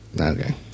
Okay